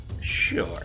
Sure